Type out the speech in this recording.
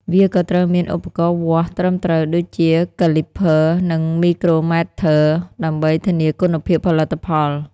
វាក៏ត្រូវមាន ឧបករណ៍វាស់ត្រឹមត្រូវ ដូចជាកាលីប (Calipers) និងមីក្រូម៉ែត្រ (Micrometers) ដើម្បីធានាគុណភាពផលិតផល។